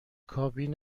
کابین